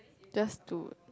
just to